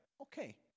okay